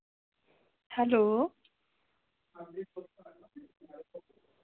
hello